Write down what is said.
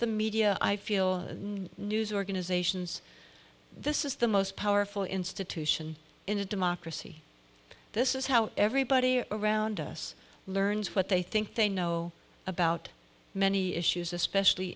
the media i feel news organizations this is the most powerful institution in a democracy this is how everybody around us learns what they think they know about many issues especially